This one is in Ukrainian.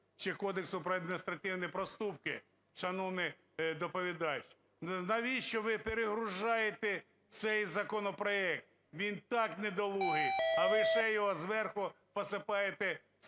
чи Кодексу про адміністративні проступки. Шановний доповідач, навіщо ви перегружаєте цей законопроект, він і так недолугий, а ви ще його зверху посипаєте сіллю